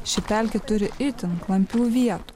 ši pelkė turi itin klampių vietų